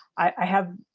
i have,